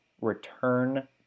return